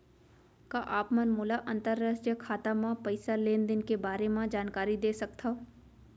का आप मन मोला अंतरराष्ट्रीय खाता म पइसा लेन देन के बारे म जानकारी दे सकथव?